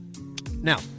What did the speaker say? Now